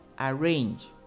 arrange